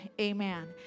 amen